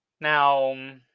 Now